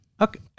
Okay